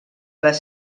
les